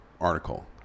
article